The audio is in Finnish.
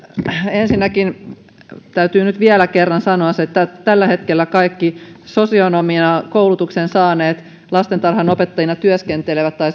ensinnäkin täytyy nyt vielä kerran sanoa se että tällä hetkellä kaikki sosionomin koulutuksen saaneet lastentarhanopettajina työskentelevät tai